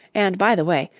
and, by the way,